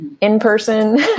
in-person